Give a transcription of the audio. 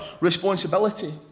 responsibility